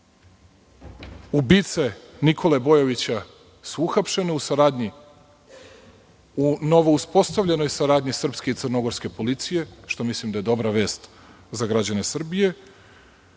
Ubice Nikole Bojovića su uhapšene u novouspostavljenoj saradnji između srpske i crnogorske policije, što mislim da je dobra vest za građane Srbije. Što